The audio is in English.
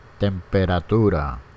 Temperatura